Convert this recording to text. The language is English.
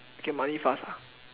get money fast ah